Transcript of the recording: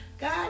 god